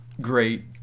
great